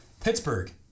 Pittsburgh